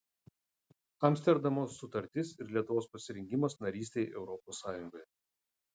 amsterdamo sutartis ir lietuvos pasirengimas narystei europos sąjungoje